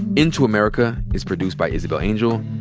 into america is produced by isabel angel,